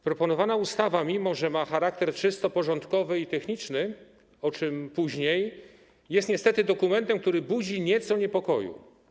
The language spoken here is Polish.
Proponowana ustawa, mimo że ma charakter czysto porządkowy i techniczny, o czym później, jest niestety dokumentem, który budzi nieco niepokoju.